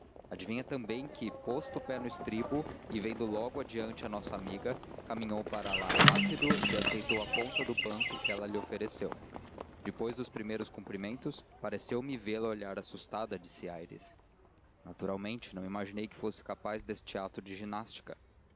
adivinha também que posto o pé no estribo e vendo logo adiante a nossa amiga caminhou para lá rápido e aceitou a ponta do banco que ela lhe ofereceu depois dos primeiros cumprimentos pareceu-me vê-la olhar assustada disse aires naturalmente não imaginei que fosse capaz deste ato de ginástica